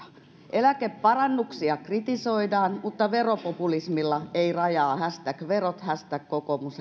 eläkeparannuksia kritisoidaan mutta veropopulismilla ei rajaa verot kokoomus